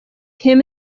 him